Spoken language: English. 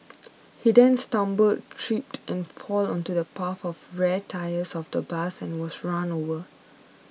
he then stumbled tripped and fell onto the path of the rear tyres of the bus and was run over